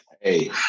hey